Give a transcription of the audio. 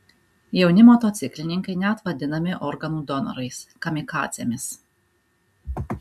jauni motociklininkai net vadinami organų donorais kamikadzėmis